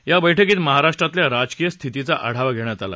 या बैठकीत महाराष्ट्रातल्या राजकीय स्थितीचा आढावा घेण्यात आला